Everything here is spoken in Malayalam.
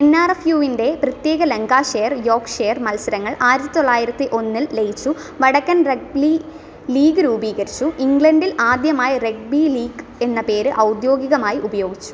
എൻ ആർ എഫ് യുവിൻ്റെ പ്രത്യേക ലങ്കാ ഷെയർ യോർക് ഷെയർ മത്സരങ്ങൾ ആയിരത്തി തൊള്ളായിരത്തി ഒന്നിൽ ലയിച്ചു വടക്കൻ റഗ്ബി ലീഗ് രൂപീകരിച്ചു ഇംഗ്ലണ്ടിൽ ആദ്യമായി റഗ്ബി ലീഗ് എന്ന പേര് ഔദ്യോഗികമായി ഉപയോഗിച്ചു